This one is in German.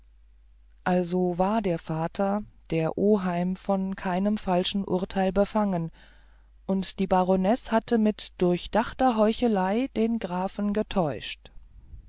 also war der vater der oheim von keinem falschen vorurteil befangen und die baronesse hatte mit durchdachter heuchelei den grafen getäuscht